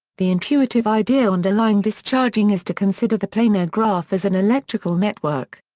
the intuitive idea underlying discharging is to consider the planar graph as an electrical network.